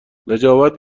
نجابت